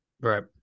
Right